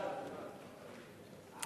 סעיפים 1 74 נתקבלו.